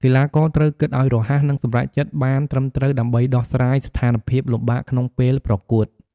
កីឡាករត្រូវគិតឲ្យរហ័ស និងសម្រេចចិត្តបានត្រឹមត្រូវដើម្បីដោះស្រាយស្ថានភាពលំបាកក្នុងពេលប្រកួត។